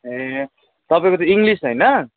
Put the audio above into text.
ए तपाईँको त इङ्लिस होइन